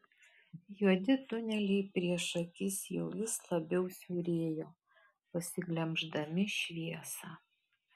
juodi tuneliai prieš akis jau vis labiau siaurėjo pasiglemždami šviesą